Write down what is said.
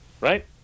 right